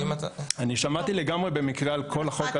אני שמעתי לגמרי במקרה על כל החוק הזה.